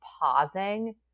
pausing